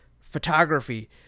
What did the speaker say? photography